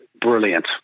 brilliant